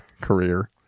career